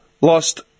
lost